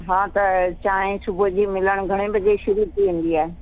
हा त चांहि सुबुह जी मिलण घणे बजे शुरू थी वेंदी आहे